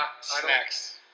Snacks